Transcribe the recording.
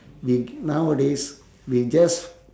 we nowadays we just